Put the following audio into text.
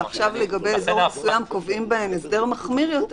ועכשיו לגבי אזור מסוים קובעים הסדר מחמיר יותר,